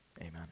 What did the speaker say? Amen